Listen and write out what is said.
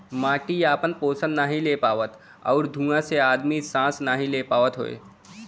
मट्टी आपन पोसन ले नाहीं पावत आउर धुँआ से आदमी सांस नाही ले पावत हौ